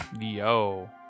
Yo